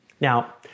Now